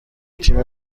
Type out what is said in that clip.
تیم